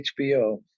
HBO